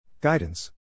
Guidance